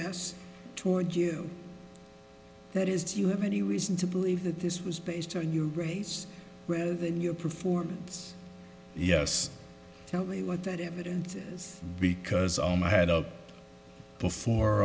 us toward you that is if you have any reason to believe that this was based on your race rather than your performance yes tell me what that evidence is because all my head of before